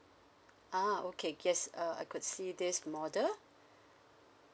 ah okay yes uh I could see this model